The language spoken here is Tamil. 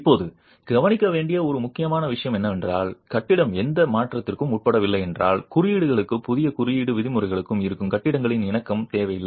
இப்போது கவனிக்க வேண்டிய ஒரு முக்கியமான விஷயம் என்னவென்றால் கட்டிடம் எந்த மாற்றத்திற்கும் உட்படவில்லை என்றால் குறியீடுகளுக்கு புதிய குறியீட்டு விதிமுறைகளுக்கு இருக்கும் கட்டிடங்களின் இணக்கம் தேவையில்லை